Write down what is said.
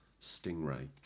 Stingray